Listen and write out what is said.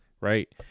right